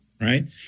right